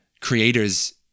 creators